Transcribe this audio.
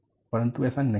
परंतु ऐसा नहीं है